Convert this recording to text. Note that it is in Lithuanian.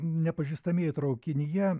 nepažįstamieji traukinyje